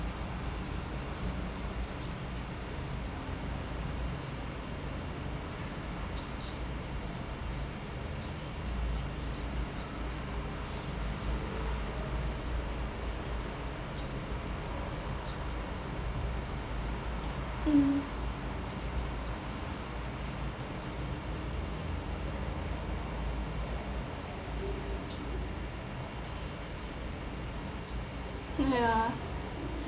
mm ya